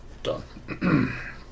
done